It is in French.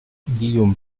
guillaume